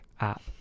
app